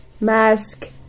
Mask